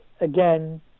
again